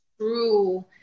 true